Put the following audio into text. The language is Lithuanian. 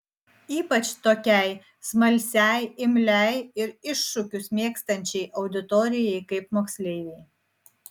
ypač tokiai smalsiai imliai ir iššūkius mėgstančiai auditorijai kaip moksleiviai